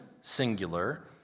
singular